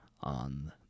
on